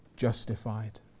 justified